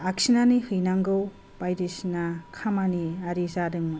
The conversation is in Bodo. आखिनानै हैनांगौ बायदिसिना खामानि आरि जादोंमोन